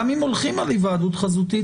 גם אם הולכים על היוועדות חזותית,